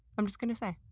i'm just gonna say.